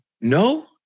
No